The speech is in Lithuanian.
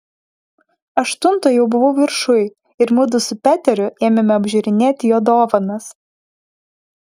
aštuntą jau buvau viršuj ir mudu su peteriu ėmėme apžiūrinėti jo dovanas